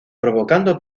provocando